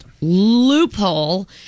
loophole